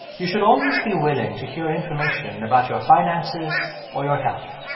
you should always be willing to hear information about your finances or your health.